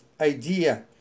idea